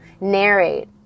narrate